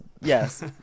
yes